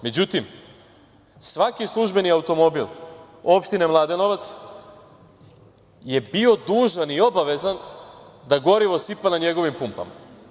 Međutim, svaki službeni automobil opštine Mladenovac je bio dužan i obavezan da gorivo sipa na njegovim pumpama.